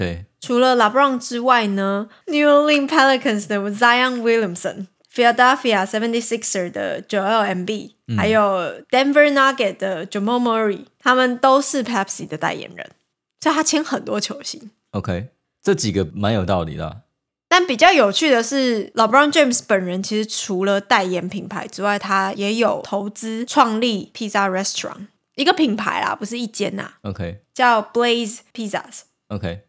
OK。除了LeBron之外呢，New Orleans Pelicans的Zion Williamson、Philadelphia 76ers的Joel Embiid，嗯。还有Denver Nugget的Jamal Murray，他们都是Pepsi的代言人，所以他签很多球星。OK，这几个蛮有道理的。但比较有趣的是，LeBron James本人其实除了代言品牌之外，他也有投资创立pizza restaurant，一个品牌啦，不是一间啊。OK。叫Blaze Pizzas。OK。